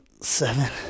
seven